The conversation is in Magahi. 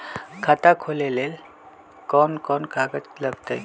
खाता खोले ले कौन कौन कागज लगतै?